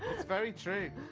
very j,